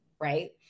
right